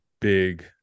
big